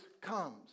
comes